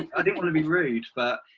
and i didn't want to be rude, but,